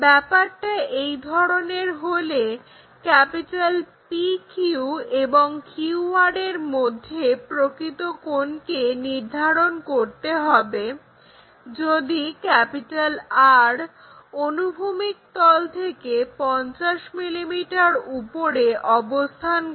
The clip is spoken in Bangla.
ব্যাপারটা এই ধরনের হলে PQ এবং QR এর মধ্যেকার প্রকৃত কোণকে নির্ধারণ করতে হবে যদি R অনুভূমিক তল থেকে 50 mm উপরে অবস্থান করে